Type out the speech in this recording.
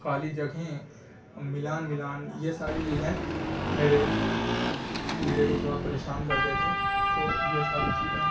خالی جگہیں ہیں ملان ملان یہ ساری چیزیں میرے میرے کو تھوڑا پریشان کرتے تھے تو یہ ساری چیزیں ہیں